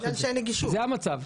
זה המצב.